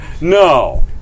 No